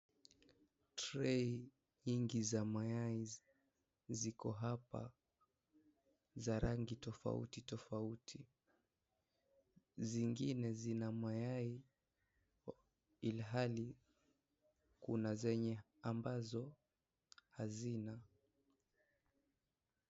Tray nyingi za mayai ziko hapa za rangi tofauti tofauti, zingine zina mayai hiliali kuna zenye ambazo hazina.